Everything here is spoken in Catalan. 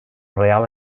reial